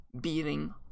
beating